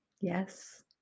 Yes